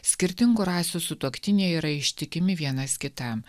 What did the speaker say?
skirtingų rasių sutuoktiniai yra ištikimi vienas kitam